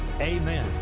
Amen